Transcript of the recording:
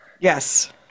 Yes